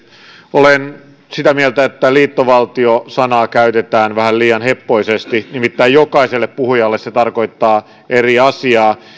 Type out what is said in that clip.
olen sitä mieltä että liittovaltio sanaa käytetään vähän liian heppoisesti nimittäin jokaiselle puhujalle se tarkoittaa eri asiaa